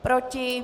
Proti?